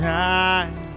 time